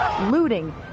looting